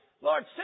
Lord